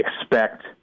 expect